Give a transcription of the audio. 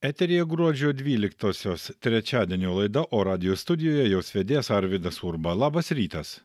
eteryje gruodžio dvyliktosios trečiadienio laida o radijo studijoje jos vedėjas arvydas urba labas rytas